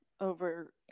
over